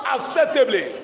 Acceptably